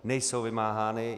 Nejsou vymáhány.